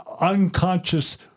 unconscious